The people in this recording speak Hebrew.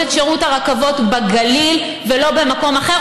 את שירות הרכבות בגליל ולא במקום אחר,